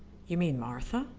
you mean martha?